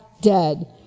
dead